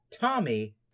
Tommy